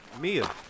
Mia